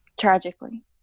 tragically